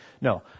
No